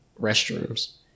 restrooms